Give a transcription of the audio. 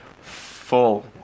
full